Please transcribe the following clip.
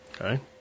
Okay